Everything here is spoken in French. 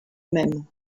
même